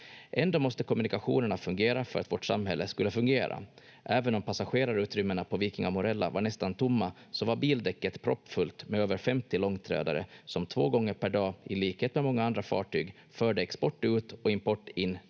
Ändå måste kommunikationerna fungera för att vårt samhälle skulle fungera. Även om passagerarutrymmena på Viking Amorella var nästan tomma så var bildäcket proppfullt med över 50 långtradare som två gånger per dag i likhet med många andra fartyg förde export ut och import in till